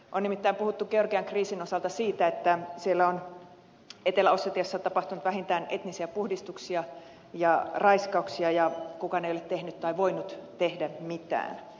on nimittäin puhuttu georgian kriisin osalta siitä että etelä ossetiassa on tapahtunut vähintään etnisiä puhdistuksia ja raiskauksia ja kukaan ei ole tehnyt tai voinut tehdä mitään